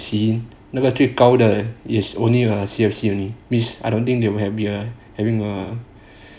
see 那个最高 is only a C_F_C only means I don't think you might get ah